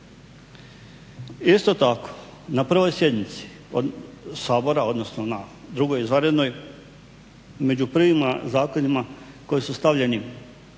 Isto tako, na 1. sjednici Sabora odnosno na 2. izvanrednoj među prvim zakonima koji su stavljeni,